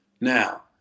Now